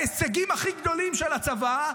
ההישגים הכי גדולים של הצבא,